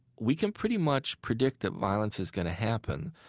we can pretty much predict that violence is going to happen.